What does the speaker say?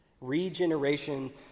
Regeneration